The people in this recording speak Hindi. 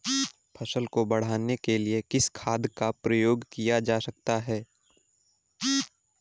फसल को बढ़ाने के लिए किस खाद का प्रयोग किया जाता है?